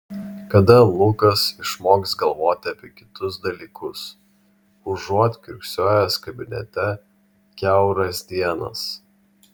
kada lukas išmoks galvoti apie kitus dalykus užuot kiurksojęs kabinete kiauras dienas